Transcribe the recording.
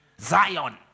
Zion